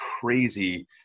crazy